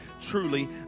truly